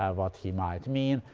ah what he might mean.